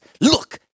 Look